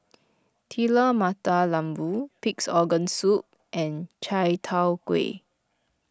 Telur Mata Lembu Pig's Organ Soup and Chai Tow Kuay